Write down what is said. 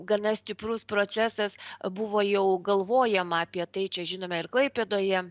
gana stiprus procesas buvo jau galvojama apie tai čia žinome ir klaipėdoje